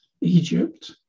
Egypt